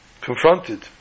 confronted